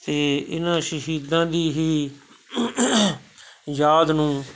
ਅਤੇ ਇਹਨਾਂ ਸ਼ਹੀਦਾਂ ਦੀ ਹੀ ਯਾਦ ਨੂੰ